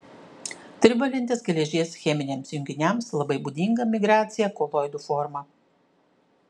trivalentės geležies cheminiams junginiams labai būdinga migracija koloidų forma